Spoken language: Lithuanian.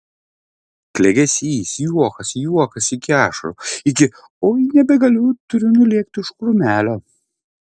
klegesys juokas juokas iki ašarų iki oi nebegaliu turiu nulėkti už krūmelio